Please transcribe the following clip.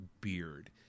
beard